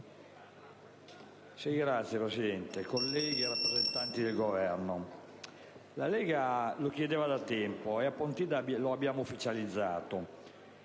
Signora Presidente, colleghi, rappresentanti del Governo, la Lega lo chiedeva da tempo, a Pontida lo abbiamo ufficializzato